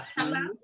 Hello